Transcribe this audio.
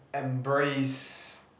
embrace